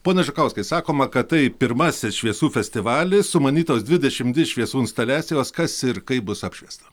pone žukauskai sakoma kad tai pirmasis šviesų festivalis sumanytos dvidešim dvi šviesų instaliacijos kas ir kaip bus apšviesta